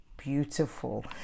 beautiful